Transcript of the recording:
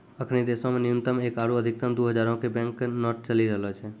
अखनि देशो मे न्यूनतम एक आरु अधिकतम दु हजारो के बैंक नोट चलि रहलो छै